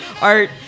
Art